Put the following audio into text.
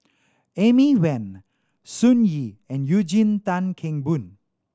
Amy Van Sun Yee and Eugene Tan Kheng Boon